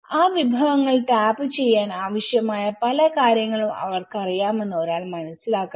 ആ വിഭവങ്ങൾ ടാപ്പുചെയ്യാൻ ആവശ്യമായ പല കാര്യങ്ങളും അവർക്കറിയാമെന്ന് ഒരാൾ മനസ്സിലാക്കണം